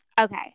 Okay